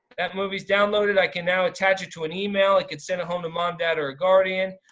that movie is downloaded. i can now attach it to an email. i can send it home to mom dad or a guardian.